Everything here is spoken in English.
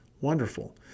wonderful